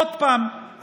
עוד פעם,